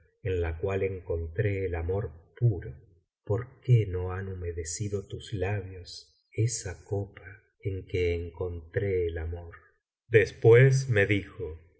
la cual encontré el amor puro por qué no han humedecido tus labios esa copa en que encontré el amor y después rae dijo